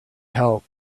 help